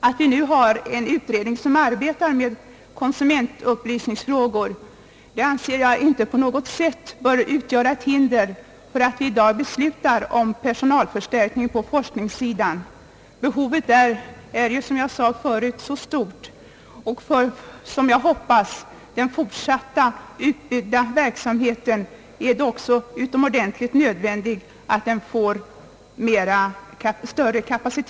Att vi nu har en utredning, som arbetar med konsumentupplysningsfrågor, anser jag inte på något sätt bör utgöra hinder för att vi i dag beslutar om en personalförstärk ning på forskningssidan. Behovet är, som jag sade förut, mycket stort, och för den, som jag hoppas, fortsatta utbyggnaden av verksamheten är det också utomordentligt nödvändigt med större kapacitet.